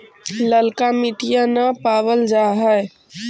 ललका मिटीया न पाबल जा है?